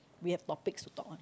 we have topics to talk on